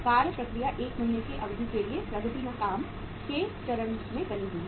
कार्य प्रक्रिया 1 महीने की अवधि के लिए प्रगति में काम के चरण में बनी हुई है